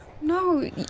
No